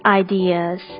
ideas